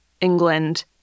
England